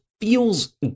feels